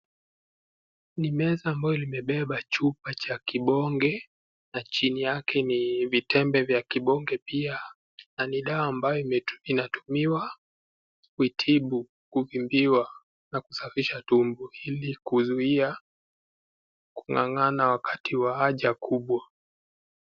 Ni meza ambayo limebeba chupa cha kibonge na chini yake ni vitembe vya kibonge pia ni na dawa ambayo inatumiwa kutibu kuvimbiwa na kusafisha tumbo ili kuzuia kung'ang'ana wakati wa haja kubwa.